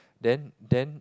then then